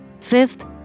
Fifth